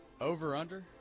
Over-under